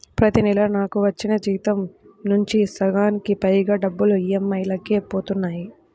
ప్రతి నెలా నాకు వచ్చిన జీతం నుంచి సగానికి పైగా డబ్బులు ఈ.ఎం.ఐ లకే పోతన్నాయి